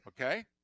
Okay